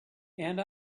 and